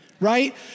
right